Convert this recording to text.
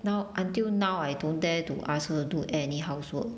now until now I don't dare to ask her to do any housework